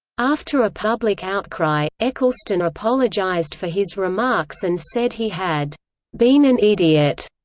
after a public outcry, ecclestone apologized for his remarks and said he had been an idiot.